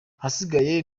ahasigaye